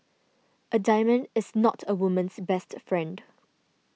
a diamond is not a woman's best friend